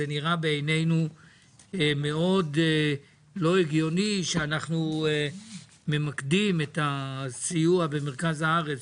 זה נראה בעינינו מאוד לא הגיוני שאנחנו ממקדים את הסיוע במרכז הארץ,